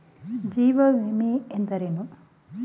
ಜೀವ ವಿಮೆ ಎಂದರೇನು?